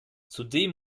zudem